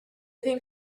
think